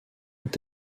ont